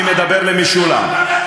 אני מדבר למשולם,